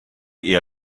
ihr